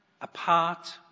apart